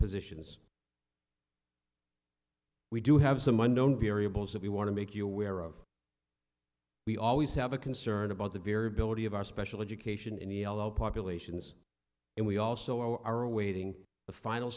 positions we do have some unknown variables that we want to make you aware of we always have a concern about the variability of our special education in yellow populations and we also are awaiting the final